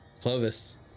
Clovis